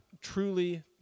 truly